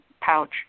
pouch